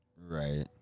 Right